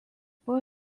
buvo